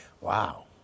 Wow